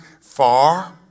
Far